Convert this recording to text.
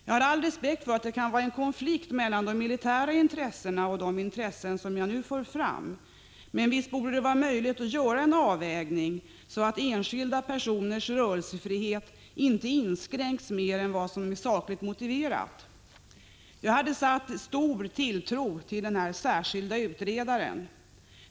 Jag har all respekt för att det kan vara en konflikt mellan de militära intressena och de intressen som jag nu för fram, men visst borde det vara möjligt att göra en avvägning, så att enskilda personers rörelsefrihet inte inskränks mer än vad som är sakligt motiverat. Jag hade satt stor tilltro till den särskilde utredaren.